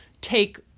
take